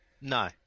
No